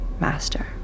Master